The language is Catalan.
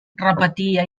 repetia